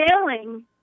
failing